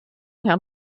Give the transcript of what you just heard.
herrn